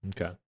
Okay